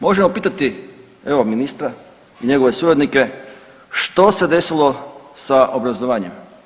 Možemo pitati evo ministra i njegove suradnike, što se desilo sa obrazovanjem?